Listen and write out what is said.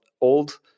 old